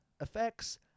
effects